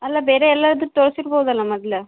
ಅಲ್ಲ ಬೇರೆ ಎಲ್ಲಾದರೂ ತೋರ್ಸಿರ್ಬೋದಲ್ಲ ಮೊದ್ಲು